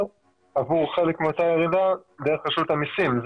עבור חלק מאותה ירידה דרך רשות המסים.